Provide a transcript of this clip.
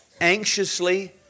anxiously